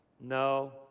No